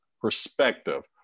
perspective